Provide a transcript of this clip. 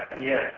yes